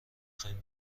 خوایم